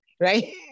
Right